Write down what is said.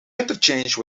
interchange